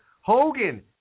Hogan